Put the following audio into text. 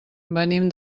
venim